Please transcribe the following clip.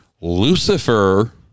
Lucifer